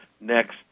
next